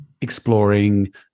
exploring